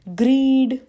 greed